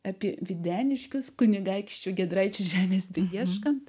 apie videniškius kunigaikščių giedraičių žemės beieškant